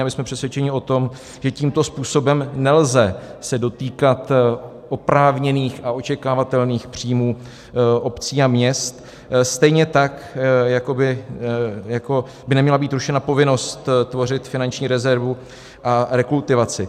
A my jsme přesvědčeni o tom, že tímto způsobem se nelze dotýkat oprávněných a očekávatelných příjmů obcí a měst, stejně tak jako by neměla být rušena povinnost tvořit finanční rezervu a rekultivaci.